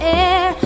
air